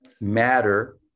Matter